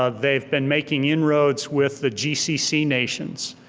ah they've been making inroads with the gcc nations.